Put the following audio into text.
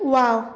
wow